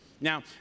Now